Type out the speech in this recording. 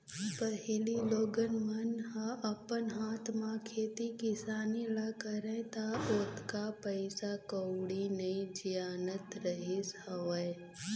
पहिली लोगन मन ह अपन हाथ म खेती किसानी ल करय त ओतका पइसा कउड़ी नइ जियानत रहिस हवय